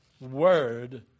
word